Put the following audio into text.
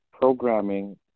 programming